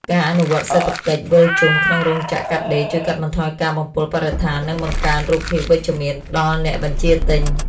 ការអនុវត្តសេដ្ឋកិច្ចវិលជុំក្នុងរោងចក្រកាត់ដេរជួយកាត់បន្ថយការបំពុលបរិស្ថាន និងបង្កើនរូបភាពវិជ្ជមានដល់អ្នកបញ្ជាទិញ។